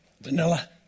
vanilla